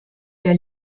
der